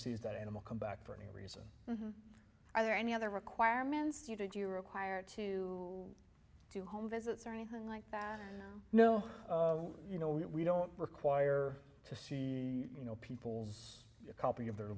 is that animal come back for any reason are there any other requirements you did you require to do home visits or anything like that no you know we don't require to see you know people's copy of their